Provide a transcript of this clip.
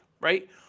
right